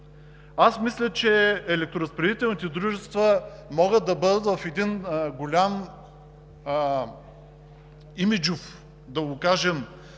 Аз мисля, че електроразпределителните дружества могат да бъдат в един голям имиджов – да го кажем